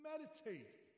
meditate